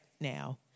now